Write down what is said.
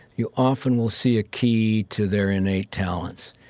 you often will see a key to their innate talents.